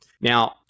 Now